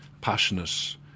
passionate